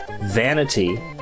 vanity